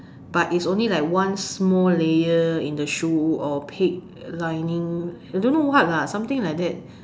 but is only like one small layer in the shoe or pig lining don't know what lah something like that